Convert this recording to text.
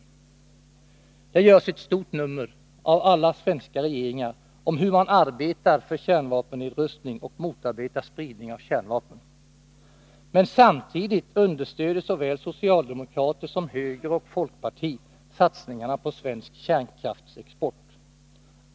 Alla svenska regeringar gör ett stort nummer av hur man arbetar för kärnvapennedrustning och motarbetar spridning av kärnvapen. Men samtidigt understödjer såväl socialdemokrater som höger och folkparti satsningarna på svensk kärnkraftsexport.